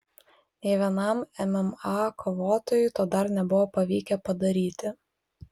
nei vienam mma kovotojui to dar nebuvo pavykę padaryti